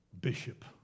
bishop